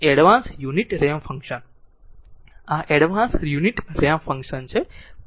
આ છે કે એડવાન્સ્ડ યુનિટ રેમ્પ ફંક્શન આ એડવાન્સ્ડ યુનિટ રેમ્પ ફંક્શન છે બરાબર